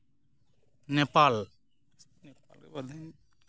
Nepal